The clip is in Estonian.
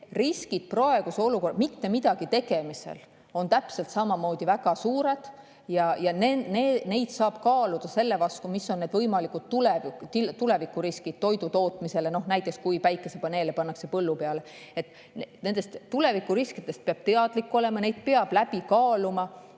riskid praeguses olukorras on mitte midagi tegemise korral täpselt samamoodi väga suured. Neid saab kaaluda, võrreldes sellega, mis on võimalikud tulevikuriskid toidutootmises, näiteks kui päikesepaneele pannakse põllu peale. Nendest tulevikuriskidest peab teadlik olema, neid peab läbi kaaluma,